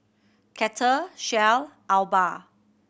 Kettle Shell Alba